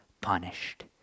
punished